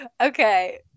Okay